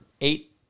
eight